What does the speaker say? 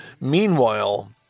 meanwhile